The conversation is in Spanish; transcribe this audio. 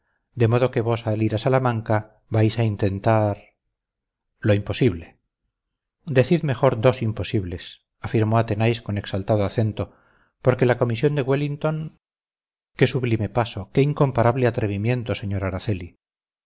de modo que vos al ir a salamanca vais a intentar lo imposible decid mejor dos imposibles afirmó athenais con exaltado acento porque la comisión de wellington qué sublime paso qué incomparable atrevimiento señor araceli